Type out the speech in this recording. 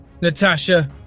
Natasha